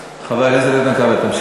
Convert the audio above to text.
הרי את לא מפסיקה לדבר, אז מה?